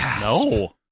No